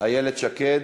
איילת שקד.